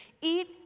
Eat